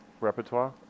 Repertoire